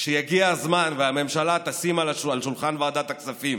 כשיגיע הזמן והממשלה תשים על שולחן ועדת הכספים